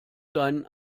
deinen